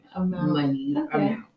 money